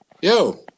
yo